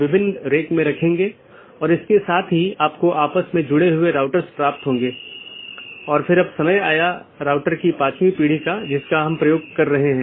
अब अगर हम BGP ट्रैफ़िक को देखते हैं तो आमतौर पर दो प्रकार के ट्रैफ़िक होते हैं एक है स्थानीय ट्रैफ़िक जोकि एक AS के भीतर ही होता है मतलब AS के भीतर ही शुरू होता है और भीतर ही समाप्त होता है